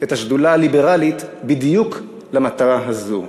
את השדולה הליברלית בדיוק למטרה הזאת.